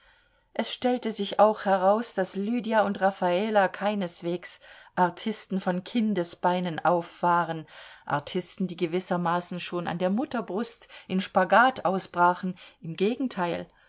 es stellte sich auch heraus daß lydia und raffala keineswegs artisten von kindesbeinen auf waren artisten die gewissermaßen schon an der mutterbrust in spagat ausbrachen im gegenteil